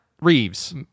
Reeves